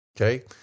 Okay